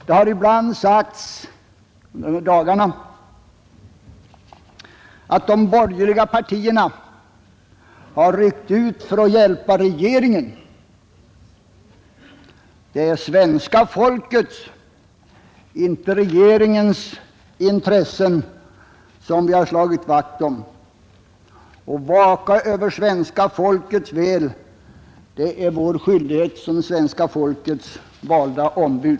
Det har sagts ibland under de här dagarna att de borgerliga partierna har ryckt ut för att hjälpa regeringen. Det är svenska folkets och inte regeringens intressen vi har slagit vakt om. Att vaka över svenska folkets väl är vår skyldighet som svenska folkets valda ombud.